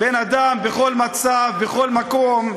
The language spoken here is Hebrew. בן-אדם שבכל מצב, בכל מקום,